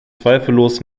zweifellos